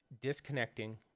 disconnecting